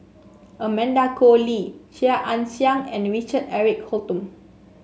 Amanda Koe Lee Chia Ann Siang and Richard Eric Holttum